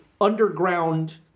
underground